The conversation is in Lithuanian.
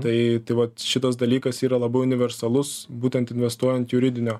tai vat šitas dalykas yra labai universalus būtent investuojant juridinio